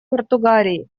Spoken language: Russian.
португалии